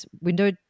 window